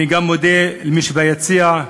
אני גם מודה למי שביציע,